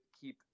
keep